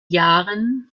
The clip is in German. jahren